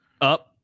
Up